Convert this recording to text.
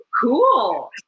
cool